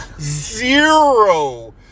Zero